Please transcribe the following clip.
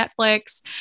Netflix